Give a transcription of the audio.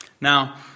Now